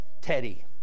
Teddy